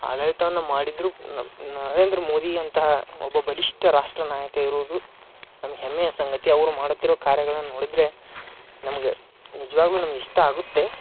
ಆಡಳಿತವನ್ನ ಮಾಡಿದ್ದರೂ ನರೇಂದ್ರ ಮೋದಿಯಂತಹ ಒಬ್ಬ ಬಲಿಷ್ಠ ರಾಷ್ಟ್ರ ನಾಯಕ ಇರುದು ನಮ್ಗ ಹೆಮ್ಮೆಯ ಸಂಗತಿ ಅವ್ರು ಮಾಡುತ್ತಿರುವ ಕಾರ್ಯಗಳನ್ನ ನೋಡಿದರೆ ನಮ್ಗೆ ನಿಜ್ವಾಗಲೂ ನಮ್ಗ ಇಷ್ಟ ಆಗುತ್ತೆ